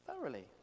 thoroughly